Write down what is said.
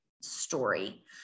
story